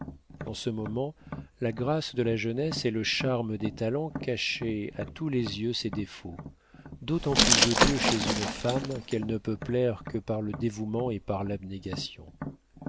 en ce moment la grâce de la jeunesse et le charme des talents cachaient à tous les yeux ces défauts d'autant plus odieux chez une femme qu'elle ne peut plaire que par le dévouement et par l'abnégation